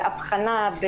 באבחנה.